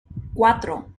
cuatro